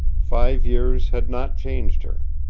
five years had not changed her.